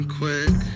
quick